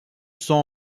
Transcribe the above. sont